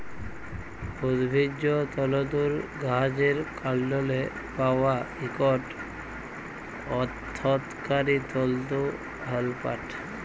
উদ্ভিজ্জ তলতুর গাহাচের কাল্ডলে পাউয়া ইকট অথ্থকারি তলতু হ্যল পাট